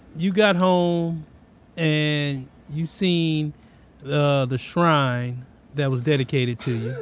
you got home and you seen the the shrine that was dedicated to you